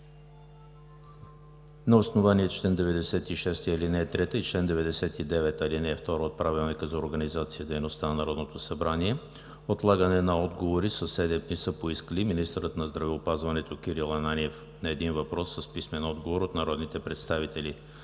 на основание чл. 96, ал. 3 и чл. 99, ал. 2 от Правилника за организацията и дейността на Народното събрание отлагане на отговори със седем дни са поискали: - министърът на здравеопазването Кирил Ананиев на един въпрос с писмен отговор от народните представители